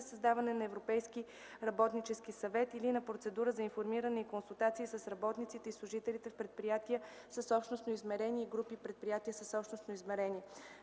създаване на Европейски работнически съвет или на процедура за информиране и консултации с работниците и служителите в предприятия с общностно измерение и групи предприятия с общностно измерение.